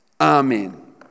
Amen